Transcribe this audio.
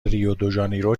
ریودوژانیرو